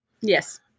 Yes